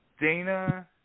Dana